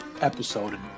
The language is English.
episode